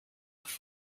with